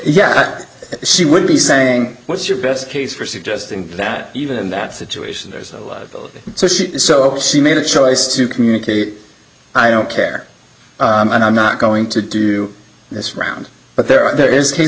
yeah she would be saying what's your best case for suggesting that even in that situation there's no love so she so she made a choice to communicate i don't care and i'm not going to do this round but there are there is a case